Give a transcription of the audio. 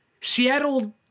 Seattle